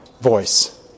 voice